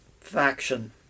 faction